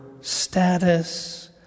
status